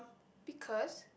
pickers